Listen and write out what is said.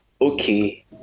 Okay